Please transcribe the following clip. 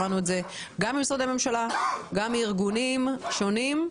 שמענו את זה גם ממשרדי הממשלה וגם מהארגונים השונים.